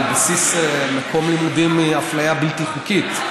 ואפליה על בסיס מקום לימודים היא אפליה בלתי חוקית,